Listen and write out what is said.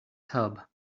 tub